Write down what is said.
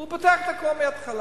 הוא פתח את הכול מההתחלה.